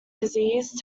disease